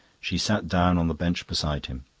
she sat down on the bench beside him.